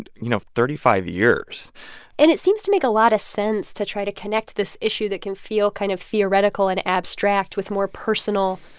and you know, thirty five years and it seems to make a lot of sense to try to connect this issue that can feel kind of theoretical and abstract with more personal,